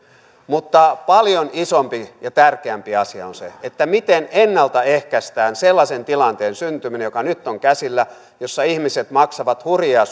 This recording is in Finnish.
mutta paljon isompi ja tärkeämpi asia on se miten ennalta ehkäistään sellaisen tilanteen syntyminen joka nyt on käsillä jossa ihmiset maksavat hurjia